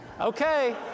Okay